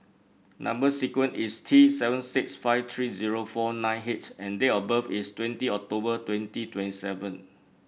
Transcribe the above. number sequence is T seven six five three zero four nine H and date of birth is twenty October twenty twenty seven